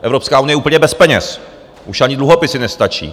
Evropská unie je úplně bez peněz, už ani dluhopisy nestačí.